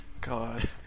God